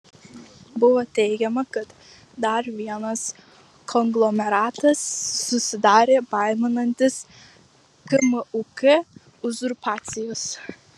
buvo teigiama kad dar vienas konglomeratas susidarė baiminantis kmuk uzurpacijos